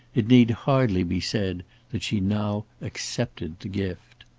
it need hardly be said that she now accepted the gift.